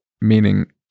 meaning